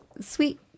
sweet